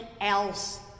else